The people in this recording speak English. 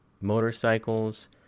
motorcycles